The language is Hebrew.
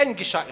אין גישה אליה,